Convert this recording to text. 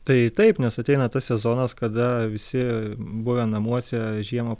tai taip nes ateina tas sezonas kada visi buvę namuose žiemą